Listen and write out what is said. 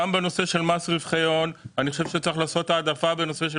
גם בנושא של מס רווחי הון אני חושב שצריך לעשות את ההעדפה בנושא של